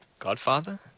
Godfather